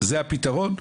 זה הפתרון,